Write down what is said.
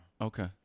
Okay